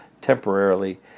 temporarily